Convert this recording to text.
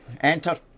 enter